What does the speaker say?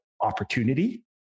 opportunity